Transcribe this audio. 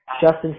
Justin